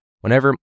whenever